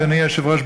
אדוני היושב-ראש,